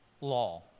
law